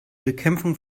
bekämpfung